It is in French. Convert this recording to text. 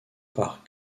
par